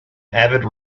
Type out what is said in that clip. avid